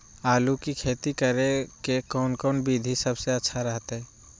आलू की खेती करें के कौन कौन विधि सबसे अच्छा रहतय?